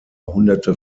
hunderte